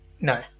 No